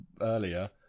earlier